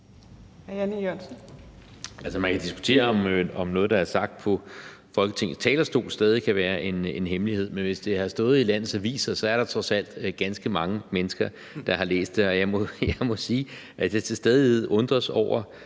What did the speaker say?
man kan diskutere, om noget, der er sagt på Folketingets talerstol, stadig kan være en hemmelighed, men hvis det har stået i landets aviser, er der trods alt ganske mange mennesker, der har læst det. Og jeg må sige, at jeg til stadighed undres over